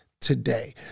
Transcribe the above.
today